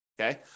Okay